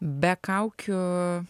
be kaukių